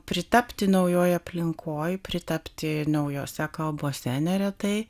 pritapti naujoj aplinkoj pritapti naujose kalbose neretai